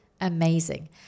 Amazing